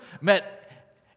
met